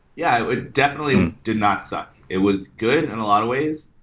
yeah. it definitely did not suck. it was good in a lot of ways.